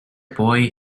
boy